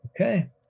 Okay